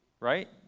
Right